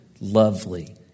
lovely